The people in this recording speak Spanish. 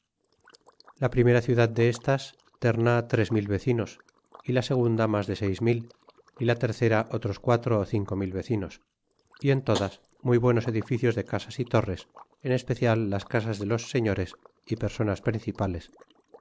la primera ciudad de estas tern tres a mil vecinos y la segunda mas de seis mil y la tercera otros quatro ú cinco mil vecinos y en todas muy buenos edificios de a casas y torres en especial las casas de los señores y perni sonas principales